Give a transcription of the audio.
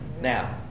Now